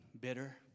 bitter